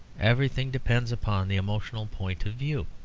everything depends upon the emotional point of view.